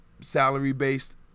salary-based